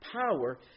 power